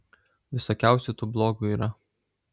visokiausių tų blogų yra